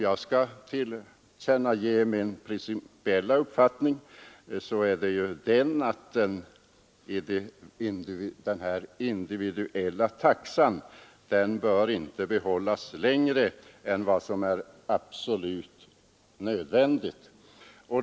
Låt mig tillkännage min principiella uppfattning, som är att den individuella taxan inte bör behållas längre än absolut nödvändigt.